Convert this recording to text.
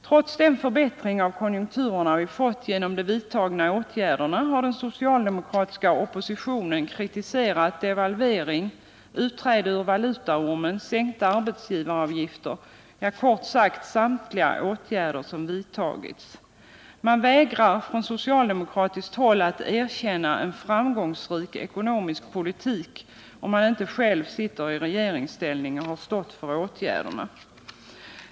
Trots den förbättring av konjunkturerna vi fått genom de vidtagna åtgärderna har den socialdemokratiska oppositionen kritiserat devalveringar, utträde ur valutaormen, sänkta arbetsgivaravgifter, ja, kort sagt samtliga åtgärder som vidtagits. Man vägrar från socialdemokratiskt håll att erkänna en framgångsrik ekonomisk politik om man inte själv siter i regeringsställning och har stått för åtgärderna.